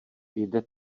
jde